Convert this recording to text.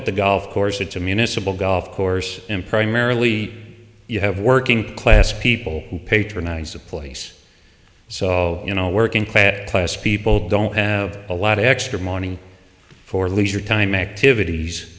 at the golf course it's a municipal golf course and primarily you have working class people who patronize the place so you know working class people don't have a lot of extra money for leisure time activities